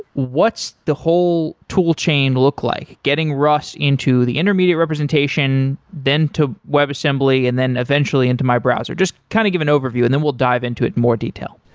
what's the whole tool chain look like? getting rust into the intermediate representation then to web assembly and then eventually into my browser, just kind of give an overview and then we'll dive into it in more detail.